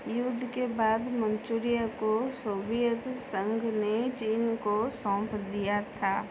युद्ध के बाद मंचूरिया को सोवियत संघ ने चीन को सौंप दिया था